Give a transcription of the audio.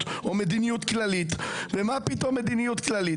או מדיניות כללית ומה פתאום מדיניות כללית.